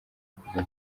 kuva